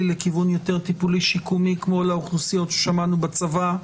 לכיוון יותר טיפולי-שיקומי כמו לאוכלוסיות ששמענו בצבא?